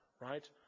right